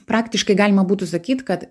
praktiškai galima būtų sakyt kad